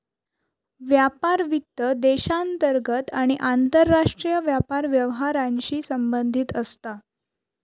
व्यापार वित्त देशांतर्गत आणि आंतरराष्ट्रीय व्यापार व्यवहारांशी संबंधित असता